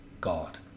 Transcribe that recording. God